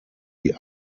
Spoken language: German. die